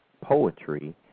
poetry